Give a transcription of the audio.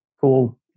cool